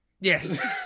Yes